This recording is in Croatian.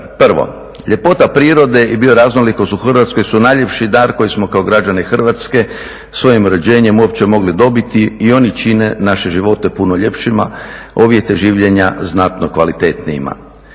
Prvo, ljepota prirode i bioraznolikost u Hrvatskoj su najljepši dar koji smo kao građani Hrvatske svojim rođenjem uopće mogli dobiti i oni čine naše živote puno ljepšima, a uvjete življenja znatno kvalitetnijima.